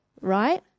right